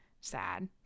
Sad